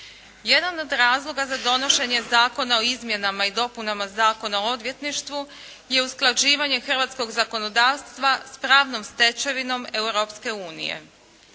Jedan od razloga za donošenje Zakona o izmjenama i dopunama Zakona o odvjetništvu je usklađivanje hrvatskog zakonodavstva s pravnom stečevinom Europske unije.